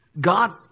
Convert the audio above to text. God